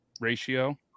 ratio